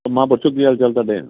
ਮਹਾਂ ਪੁਰਸ਼ੋ ਕੀ ਹਾਲ ਚਾਲ ਤੁਹਾਡੇ